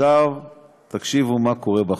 עכשיו תקשיבו מה קורה בחוק.